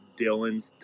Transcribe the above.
Dylan's